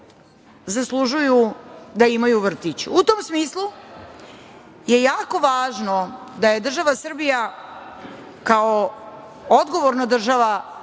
zaslužuju da imaju vrtić.U tom smislu je jako važno da je država Srbija kao odgovorna država